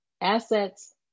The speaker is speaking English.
assets